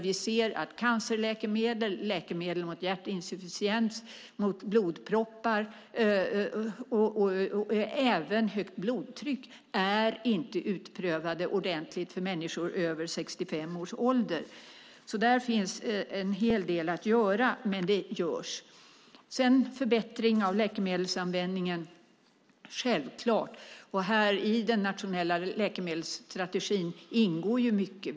Vi ser att cancerläkemedel, läkemedel mot hjärtinsufficiens, läkemedel mot blodproppar och även läkemedel mot högt blodtryck inte är utprövade ordentligt för människor över 65 år. Där finns alltså en hel del att göra, och det görs. Självklart ska det ske en förbättring av läkemedelsanvändningen. I den nationella läkemedelsstrategin ingår mycket.